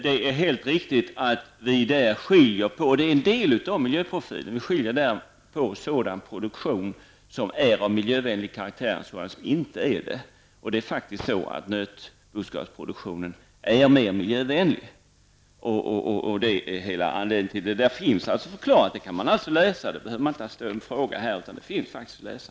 Det är helt riktigt, och utgör en del av miljöprofilen, att vi i vårt resonemang om matmomsen skiljer mellan sådan produktion som är av miljövänlig karaktär och sådan som inte är det. Nötboskapsproduktionen är faktiskt mer miljövänlig än de andra alternativen. Det är hela anledningen. Det finns förklarat. Det kan man läsa. Man behöver inte fråga om det här, det finns att läsa.